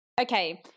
Okay